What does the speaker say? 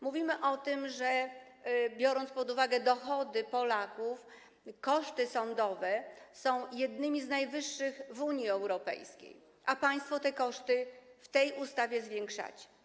Mówimy o tym, że biorąc pod uwagę dochody Polaków, koszty sądowe są jednymi z najwyższych w Unii Europejskiej, a państwo w tej ustawie te koszty zwiększacie.